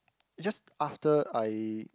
it's just after I